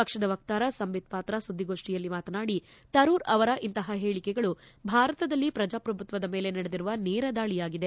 ಪಕ್ಷದ ವಕ್ತಾರ ಸಂಬಿತ್ ಪಾತ್ರ ಸುದ್ದಿಗೋಷ್ಠಿಯಲ್ಲಿ ಮಾತನಾಡಿ ತರೂರ್ ಅವರ ಇಂತಪ ಹೇಳಿಕೆಗಳು ಭಾರತದಲ್ಲಿ ಪ್ರಜಾಪ್ರಭುತ್ವದ ಮೇಲೆ ನಡೆದಿರುವ ನೇರ ದಾಳಿಯಾಗಿದೆ